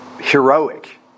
heroic